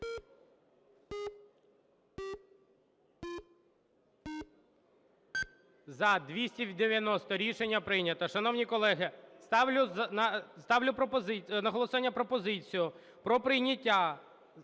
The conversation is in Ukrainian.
За-290 Рішення прийнято. Шановні колеги, ставлю на голосування пропозицію про прийняття